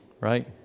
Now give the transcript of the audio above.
right